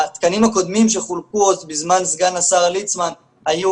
התקנים הקודמים שחולקו עוד בזמן סגן השר ליצמן היו